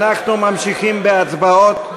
אנחנו ממשיכים בהצבעות.